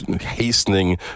hastening